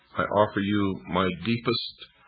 i offer you my deepest